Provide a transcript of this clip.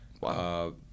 Wow